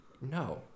no